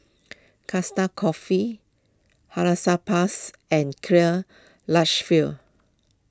Costa Coffee Hansaplast and Karl Lagerfeld